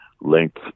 length